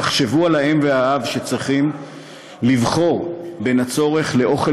תחשבו על האם והאב שצריכים לבחור בין הצורך לאוכל